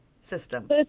system